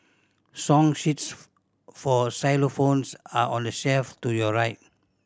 song sheets for xylophones are on the shelf to your right